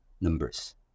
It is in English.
numbers